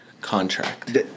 contract